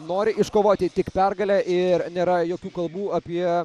nori iškovoti tik pergalę ir nėra jokių kalbų apie